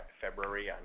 February